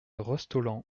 rostolland